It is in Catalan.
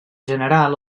general